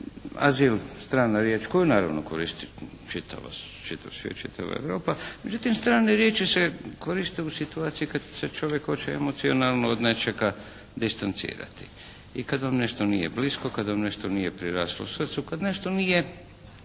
azil strana riječ koju naravno koristi čitav svijet, čitava Europa. Međutim strane riječi se koriste u situaciji kada se čovjek hoće emocionalno od nečega distancirati i kada vam nešto nije blisko, kad vam nešto nije priraslo srcu, kad nešto nije